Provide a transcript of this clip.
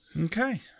Okay